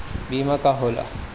बीमा का होला?